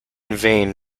vain